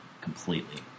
completely